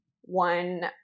one